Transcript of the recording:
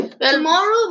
tomorrow